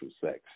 sex